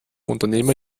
unternehmer